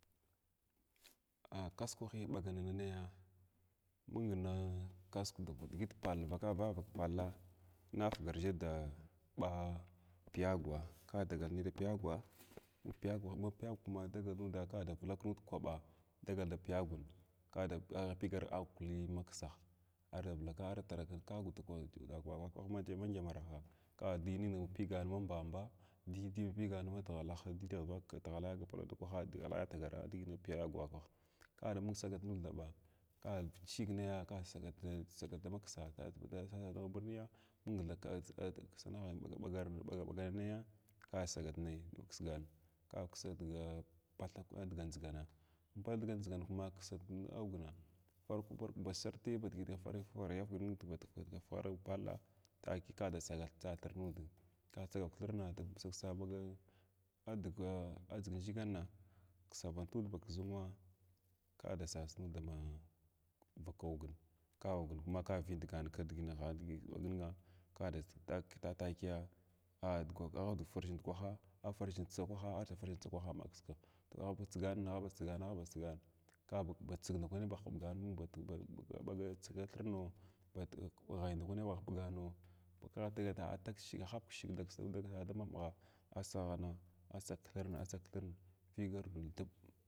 Kasukwahi ɓagana naga, mung nakasuk diʒi pal vaka vavak palla inafugarʒha da ɓa piyagwa ka dagal nai da piyagwa ma piyagwa, ma piyagwa kuma dagal nud ka da yulak nud kraɓa dagal da piyagun ka ada pigar agwu kli maksagh ard vulak ar terikunt ka agwun ndi ka vakwah ma ndyamrnha ka dinin da pigan ma mbamba di di davigan matghakhs di davavaka tiʒhald agapakit tzkwaha tiʒhals ka da mung sagal nud thaɓa ka chig naya ka sagat da maksa sa sa birniya, mung tha sa sama da ɓagaɓaga ɓagana naya ka sagat nay sa kiʒgan ka kisa diga patha adga ndʒigan ka kisa dign patha adga ndʒigana badga ndʒiʒan kum kisguna kwar kwra ba sarti ba diʒi da farʒha fargh tvakai palla takiya kada sagal kistaw nada kasagau thirna da kisa ussg ɓaga badiya ndʒiganna kisavant nud ba kiʒunwa kida sas nud dama vakongin ka ogin ka vindagam kidiginahan digi aɓag nimgha kada da takiya aha afarʒh ndukwaha afarʒh tsa kwaha afarʒh tsakwaha ama kiskigh to aba tsigan aba tsigana kuba tsign ndakwani ahuɓgan ba ba tsaga thirno, ghai ndakwani aba hmɓgani ba kwa taga ta tashigi da asgha ghana atsakthirn atsakthirn vulgar bu thib antsa thirng.